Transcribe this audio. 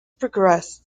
progressed